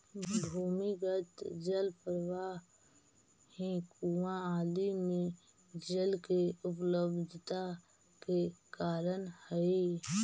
भूमिगत जल प्रवाह ही कुआँ आदि में जल के उपलब्धता के कारण हई